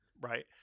Right